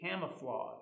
camouflage